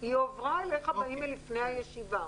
היא הועברה אליך באימייל לפני הישיבה.